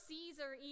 Caesar